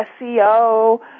SEO